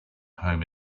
home